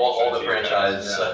all the franchise.